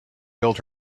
filled